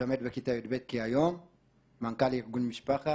לומד בכיתה י"ב --- מנכ"ל ארגון משפחה